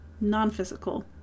non-physical